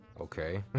Okay